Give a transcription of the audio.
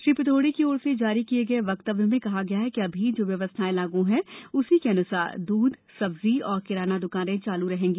श्री पिथोड़े की ओर से जारी किए गए वक्तव्य में कहा गया है कि अभी जो व्यवस्थायें लागू हैं उसी अन्सार दूध सब्जी और किराना द्कानें चालू रहेंगी